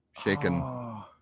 Shaken